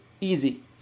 easy